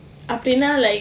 அப்டினா:apdinaa like